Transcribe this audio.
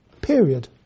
period